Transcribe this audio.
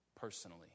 personally